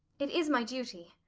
it is my duty.